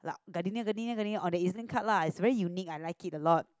like Gardenia Gardenia Gardenia on the EZ card lah it's very unique I like it a lot